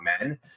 men